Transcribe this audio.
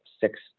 six